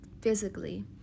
physically